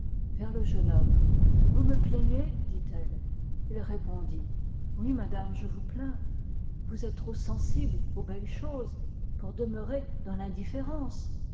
vers le jeune homme vous me plaignez dit-elle oui madame je vous plains vous êtes trop sensible aux belles choses pour demeurer dans l'indifférence